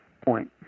point